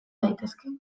daitezke